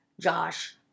Josh